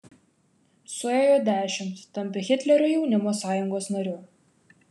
suėjo dešimt tampi hitlerio jaunimo sąjungos nariu